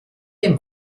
dem